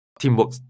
teamwork